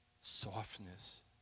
Softness